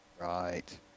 Right